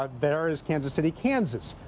um there is kansas city, kansas.